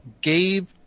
Gabe